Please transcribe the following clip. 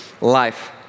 life